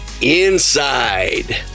Inside